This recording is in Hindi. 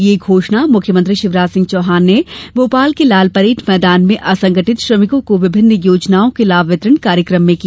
यह घोषणा मुख्यमंत्री शिवराज सिंह चौहान ने भोपाल के लाल परैड मैदान में असंगठित श्रमिकों को विभिन्न योजनाओं के लाभ वितरण कार्यक्रम में की